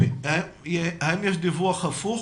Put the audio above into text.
האם יש דיווח הפוך,